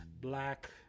black